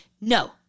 No